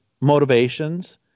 motivations